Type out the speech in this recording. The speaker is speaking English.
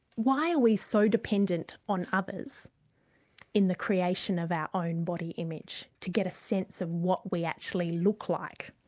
why are we so dependent on others in the creation of our own body image, to get a sense of what we actually look like?